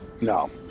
no